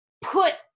put